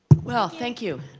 well, thank you.